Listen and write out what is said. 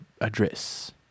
address